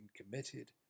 committed